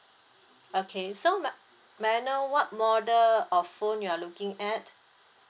okay so may may I know what model of phone you're looking at